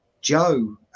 Joe